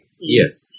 Yes